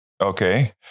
Okay